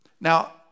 Now